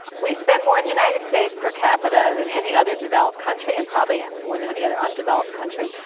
we spend more in the united states per capita than any other developed country and probably and more than any other undeveloped country.